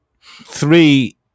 three